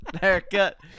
haircut